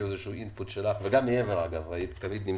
או איזה שהוא אינפוט שלך תמיד היית נמצאת.